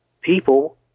people